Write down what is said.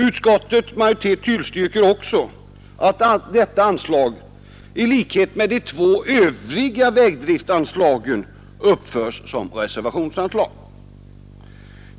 Utskottets majoritet tillstyrker också att detta anslag i likhet med de övriga vägdriftanslagen uppförs som reservationsanslag.